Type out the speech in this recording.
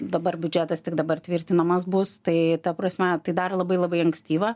dabar biudžetas tik dabar tvirtinamas bus tai ta prasme tai dar labai labai ankstyva